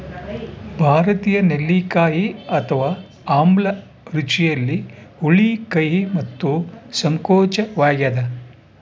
ಭಾರತೀಯ ನೆಲ್ಲಿಕಾಯಿ ಅಥವಾ ಆಮ್ಲ ರುಚಿಯಲ್ಲಿ ಹುಳಿ ಕಹಿ ಮತ್ತು ಸಂಕೋಚವಾಗ್ಯದ